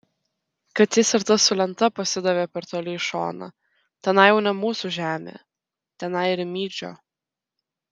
kad jis ir tas su lenta pasidavė per toli į šoną tenai jau ne mūsų žemė tenai rimydžio